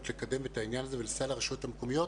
לקדם את העניין הזה ולסייע לרשויות המקומיות